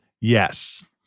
yes